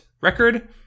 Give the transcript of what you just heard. record